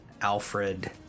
Alfred